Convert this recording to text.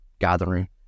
gathering